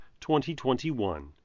2021